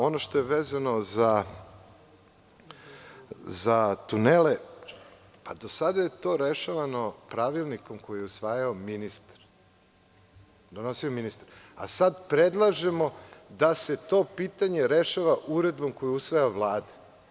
Ono što je vezano za tunele, pa do sada je to rešavano pravilnikom koji je donosio ministar, a sada predlažemo da se to pitanje rešava uredbom koju usvaja Vlada.